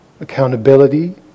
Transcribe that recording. Accountability